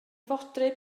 fodryb